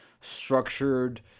structured